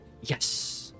yes